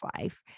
life